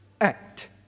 act